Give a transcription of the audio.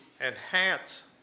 enhance